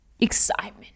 excitement